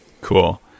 Cool